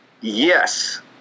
Yes